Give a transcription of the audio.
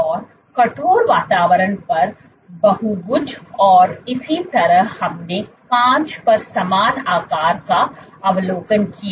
और कठोर वातावरण पर बहुभुज और इसी तरह हमने कांच पर समान आकार का अवलोकन किया